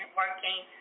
working